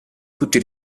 tutti